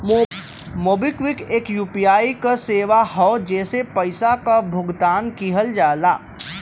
MobiKwik एक UPI क सेवा हौ जेसे पइसा क भुगतान किहल जाला